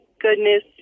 goodness